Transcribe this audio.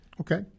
Okay